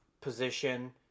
position